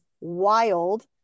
wild